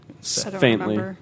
faintly